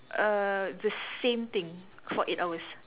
err the same thing for eight hours